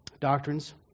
doctrines